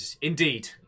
Indeed